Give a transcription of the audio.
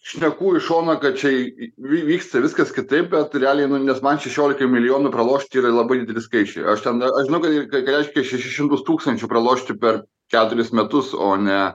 šnekų iš šono kad čia vyksta viskas kitaip bet realiai nu nes man šešiolikai milijonų pralošti yra labai dideli skaičiai aš ten da aš žinau kad ką reiškia šešis šimtus tūkstančių pralošti per keturis metus o ne